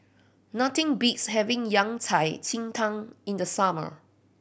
nothing beats having Yao Cai ji tang in the summer